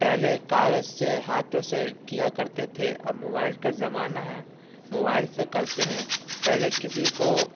پہلے کاغذ سے ہاتھوں سے کیا کرتے تھے اب موبائل کا زمانہ ہے موبائل سے کرتے ہیں پہلے کسی کو